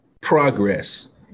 progress